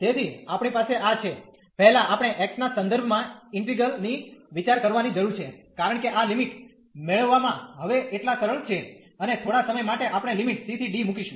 તેથી આપણી પાસે આ છે પહેલા આપણે x ના સંદર્ભમાં ઈન્ટિગ્રલ ની વિચાર કરવાની જરૂર છે કારણ કે આ લિમિટ મેળવવામાં હવે એટલા સરળ છે અને થોડા સમય માટે આપણે લિમિટ c ¿ d મૂકીશું